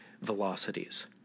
velocities